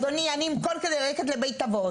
אדוני, אני אמכור כדי ללכת לבית אבות.